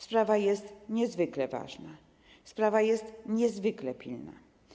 Sprawa jest niezwykle ważna, sprawa jest niezwykle pilna.